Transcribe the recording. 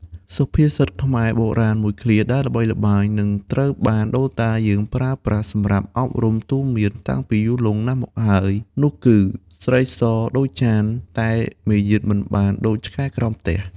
សុភាសិតខ្មែរបុរាណមួយឃ្លាដែលល្បីល្បាញ និងត្រូវបានដូនតាខ្មែរយើងប្រើប្រាស់សម្រាប់អប់រំទូន្មានតាំងពីយូរលង់ណាស់មកហើយនោះគឺ "ស្រីសដូចចាន តែមាយាទមិនបានដូចឆ្កែក្រោមផ្ទះ"។